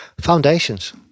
Foundations